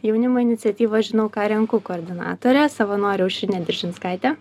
jaunimo iniciatyvos žinau ką renku koordinatorę savanorę aušrinę diržinskaitę